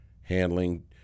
handling